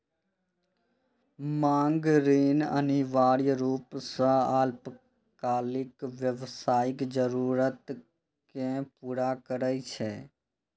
मांग ऋण अनिवार्य रूप सं अल्पकालिक व्यावसायिक जरूरत कें पूरा करै छै